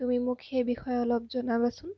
তুমি মোক সেই বিষয়ে অলপ জনাবাচোন